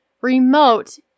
remote